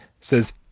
says